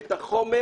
את החומר,